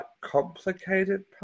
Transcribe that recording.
complicated